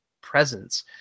presence